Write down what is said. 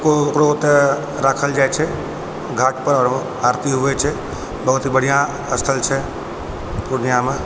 ओकरो ओतऽ राखल जाइ छै घाट पर आरती होइ छै बहुत बढिऑं स्थल छै पूर्णिया मे